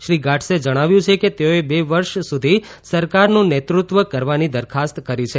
શ્રી ગાટ઼ઝે જણાવ્યું છે કે તેઓએ બે વર્ષ સુધી સરકારનું નેતૃત્વ કરવાની દરખાસ્ત કરી છે